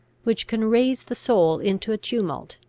which can raise the soul into a tumult,